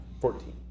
Fourteen